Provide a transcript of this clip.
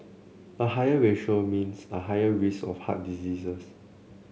a higher ratio means a higher risk of heart diseases